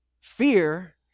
Fear